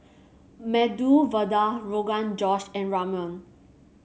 Medu Vada Rogan Josh and Ramyeon